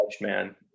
man